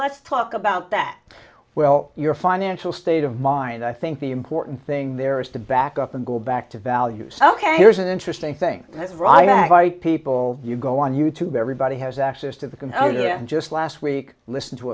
let's talk about that well your financial state of mind i think the important thing there is to back up and go back to values ok here's an interesting thing for iraqi people you go on you tube everybody has access to the compiler and just last week listen to